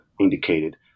indicated